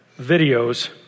videos